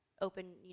open